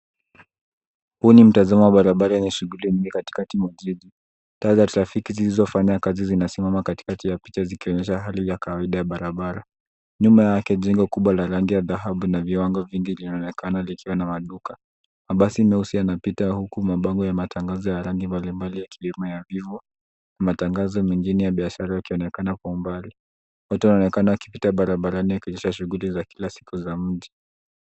Huu ni mtazamo wa barabara yenye shughuli katikati mwa jiji. Taa za trafiki zisizo fanya kazi zinasimama katikati ya picha zikionyesha hali ya kawaida ya barabara. Nyuma yake jengo kubwa la rangi ya dahabu na viwango vingi linaonekana likiwa na maduka. Mabasi meusi yanapita huku mabango ya matangazo ya la rangi mbalimbali yakiwemo havivu na matangazo mengine ya biashra yakionekana kwa mbali . Watu wanaonekana wakipita barabarani wakionyesha shughuli za kila siku za mjini.